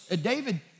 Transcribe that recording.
David